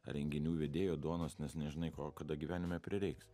renginių vedėjo duonos nes nežinai ko kada gyvenime prireiks